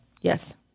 Yes